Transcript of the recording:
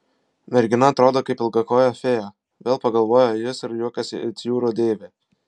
mergina atrodo kaip ilgakojė fėja vėl pagalvojo jis ir juokiasi it jūrų deivė